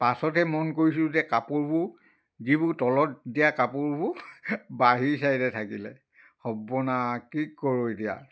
পাছতহে মন কৰিছোঁ যে কাপোৰবোৰ যিবোৰ তলত দিয়া কাপোৰবোৰ বাহিৰ চাইডে থাকিলে সৰ্বনাশ কি কৰোঁ এতিয়া